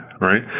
right